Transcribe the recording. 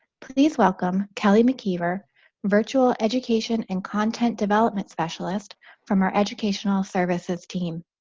please welcome kelly mckeever virtual education and content development specialist from our educational services team